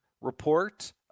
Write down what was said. report